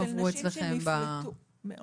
של נשים שנפלטו מן